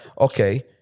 okay